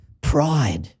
pride